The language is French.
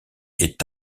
est